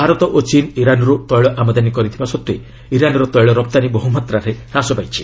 ଭାରତ ଓ ଚୀନ୍ ଇରାନ୍ରୁ ତୈଳ ଆମଦାନୀ କରିବା ସତ୍ତ୍ୱେ ଇରାନ୍ର ତୈଳ ରପ୍ତାନୀ ବହୁମାତ୍ରାରେ ହ୍ରାସ ପାଇଛି